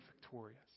victorious